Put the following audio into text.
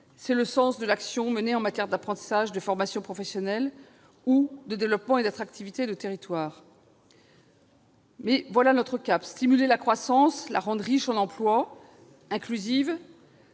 aussi le sens de l'action menée en matière d'apprentissage, de formation professionnelle, ainsi que de développement et d'attractivité du territoire. Voici notre cap : stimuler la croissance et la rendre riche en emplois et inclusive.